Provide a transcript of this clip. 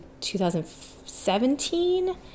2017